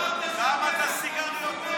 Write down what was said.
למה את הסיגריות לא?